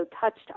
touched